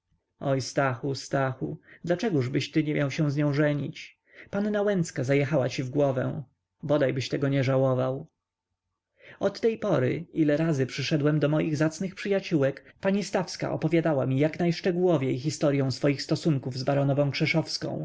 stachu stachu dlaczegobyś ty się z nią nie miał ożenić panna łęcka zajechała ci w głowę bodaj byś tego nie żałował od tej pory ile razy przyszedłem do moich zacnych przyjaciółek pani stawska opowiadała mi jaknajszczegółowiej historyą swoich stosunków z baronową krzeszowską